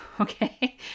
Okay